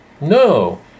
No